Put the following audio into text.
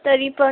तरी पण